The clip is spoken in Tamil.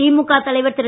திமுக தலைவர் திரு